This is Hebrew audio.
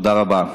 תודה רבה.